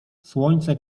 słońce